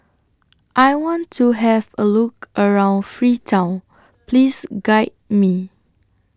I want to Have A Look around Freetown Please Guide Me